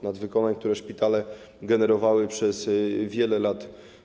Nadwykonań, które szpitale generowały przez wiele lat.